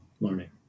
learning